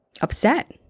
upset